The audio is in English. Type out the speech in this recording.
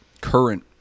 current